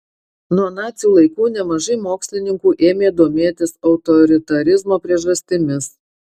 nuo nacių laikų nemažai mokslininkų ėmė domėtis autoritarizmo priežastimis